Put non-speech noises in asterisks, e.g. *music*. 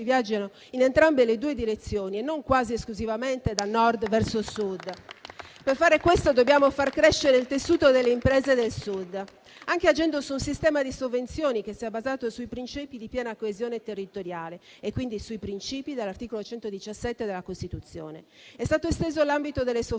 viaggino in entrambe le direzioni e non quasi esclusivamente da Nord verso Sud. *applause* Per far questo dobbiamo far crescere il tessuto delle imprese del Sud, anche agendo su un sistema di sovvenzioni che sia basato sui principi di piena coesione territoriale e quindi sui principi dell'articolo 117 della Costituzione. È stato esteso l'ambito delle sovvenzioni